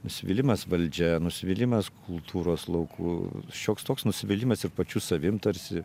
nusivylimas valdžia nusivylimas kultūros lauku šioks toks nusivylimas ir pačiu savim tarsi